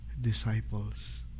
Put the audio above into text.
disciples